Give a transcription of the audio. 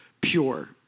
pure